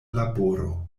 laboro